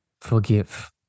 forgive